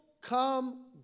come